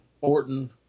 Orton